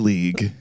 League